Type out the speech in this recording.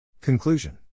Conclusion